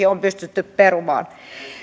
on pystytty perumaan